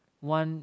one